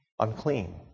unclean